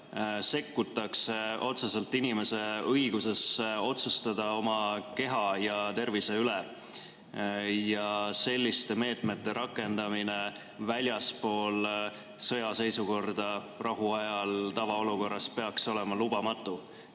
sekkutakse otseselt inimese õigusesse otsustada oma keha ja tervise üle. Selliste meetmete rakendamine väljaspool sõjaseisukorda, rahuajal, tavaolukorras peaks olema lubamatu,